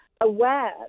aware